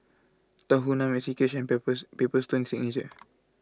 Tahuna Maxi Cash and Paper Paper Stone Signature